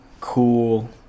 cool